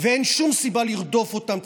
ואין שום סיבה לרדוף אותם.